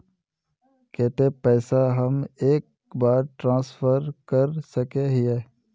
केते पैसा हम एक बार ट्रांसफर कर सके हीये?